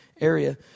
area